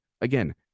again